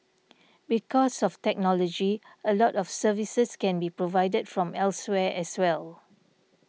because of technology a lot of services can be provided from elsewhere as well